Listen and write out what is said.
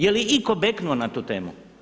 Je li itko beknuo na tu temu?